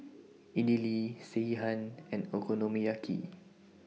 Idili Sekihan and Okonomiyaki